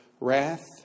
wrath